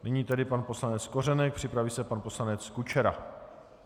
Nyní tedy pan poslanec Kořenek, připraví se pan poslanec Kučera.